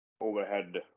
overhead